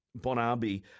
Bonabi